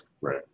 right